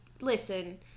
Listen